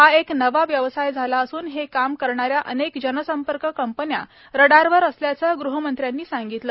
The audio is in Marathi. हा एक नवा व्यवसाय झाला असून हे काम करणाऱ्या अनेक जनसंपर्क कंपन्या रडारवर असल्याचं गृहमंत्री अनिल देशम्ख यांनी सांगितलं आहे